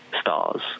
stars